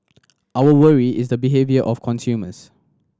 our worry is the behaviour of consumers